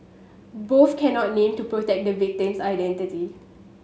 both cannot named to protect the victim's identity